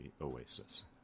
Oasis